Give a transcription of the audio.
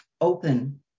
open